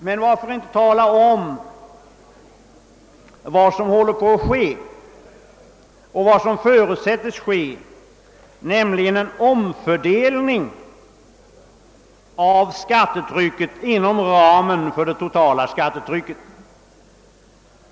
Men varför inte tala om vad som håller på att ske och förutsätts skola ske, nämligen en omfördelning av skattetrycket inom ramen för dess nuvarande storlek?